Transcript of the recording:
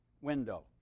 window